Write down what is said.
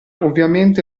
ovviamente